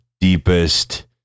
deepest